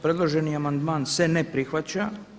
Predloženi amandman se ne prihvaća.